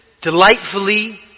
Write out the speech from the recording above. delightfully